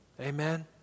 Amen